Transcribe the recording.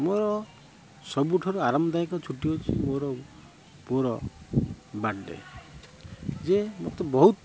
ମୋର ସବୁଠାରୁ ଆରମଦାୟକ ଛୁଟି ହଉଛି ମୋର ପୁଅର ବାର୍ଥଡ଼େ ଯେ ମତେ ବହୁତ